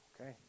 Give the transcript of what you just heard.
Okay